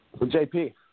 JP